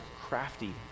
crafty